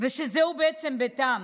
ושזהו בעצם ביתן.